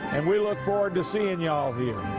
and we look forward to seeing y'all here!